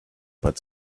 but